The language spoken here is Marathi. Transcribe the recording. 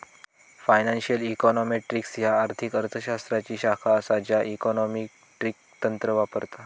फायनान्शियल इकॉनॉमेट्रिक्स ह्या आर्थिक अर्थ शास्त्राची शाखा असा ज्या इकॉनॉमेट्रिक तंत्र वापरता